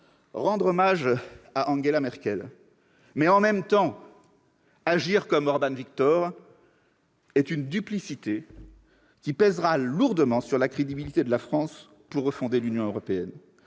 rendre hommage à Angela Merkel, mais en même temps agir comme Viktor Orbán relève d'une duplicité qui pèsera lourdement sur la crédibilité de la France pour refonder l'Union européenne.